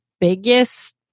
biggest